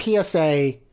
PSA